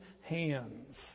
hands